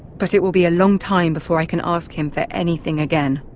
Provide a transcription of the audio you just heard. but it will be a long time before i can ask him for anything again.